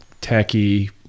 tacky